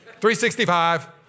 365